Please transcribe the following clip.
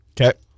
Okay